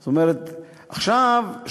עכשיו,